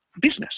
business